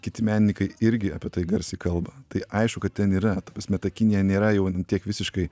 kiti meninykai irgi apie tai garsiai kalba tai aišku kad ten yra ta prasme ta kinija nėra jau tiek visiškai